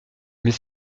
mais